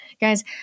Guys